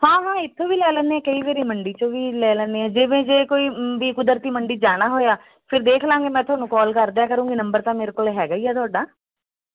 ਹਾਂ ਹਾਂ ਇੱਥੋਂ ਵੀ ਲੈ ਲੈਂਦੇ ਕਈ ਵਾਰੀ ਮੰਡੀ 'ਚੋਂ ਵੀ ਲੈ ਲੈਂਦੇ ਹਾਂ ਜਿਵੇਂ ਜੇ ਕੋਈ ਵੀ ਕੁਦਰਤੀ ਮੰਡੀ ਜਾਣਾ ਹੋਇਆ ਫਿਰ ਦੇਖ ਲਵਾਂਗੇ ਮੈਂ ਤੁਹਾਨੂੰ ਕਾਲ ਕਰ ਦਿਆ ਕਰੂੰਗੀ ਨੰਬਰ ਤਾਂ ਮੇਰੇ ਕੋਲ ਹੈਗਾ ਹੀ ਆ ਤੁਹਾਡਾ